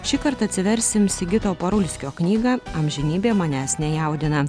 šįkart atsiversim sigito parulskio knygą amžinybė manęs nejaudina